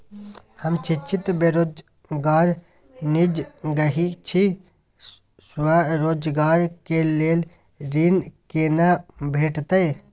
हम शिक्षित बेरोजगार निजगही छी, स्वरोजगार के लेल ऋण केना भेटतै?